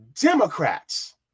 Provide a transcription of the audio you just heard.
Democrats